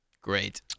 Great